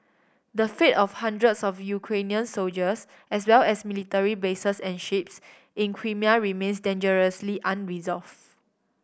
the fate of hundreds of Ukrainian soldiers as well as military bases and ships in Crimea remains dangerously unresolve